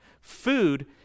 Food